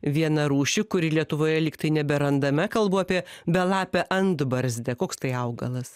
vieną rūšį kuri lietuvoje liktai neberandame kalbu apie belapę antbarzdę koks tai augalas